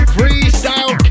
Freestyle